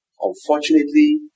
Unfortunately